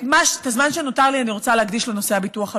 את הזמן שנותר לי אני רוצה להקדיש לנושא הביטוח הלאומי.